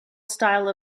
style